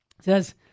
says